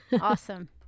Awesome